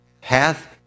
Hath